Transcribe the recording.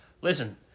listen